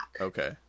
Okay